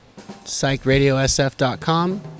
psychradiosf.com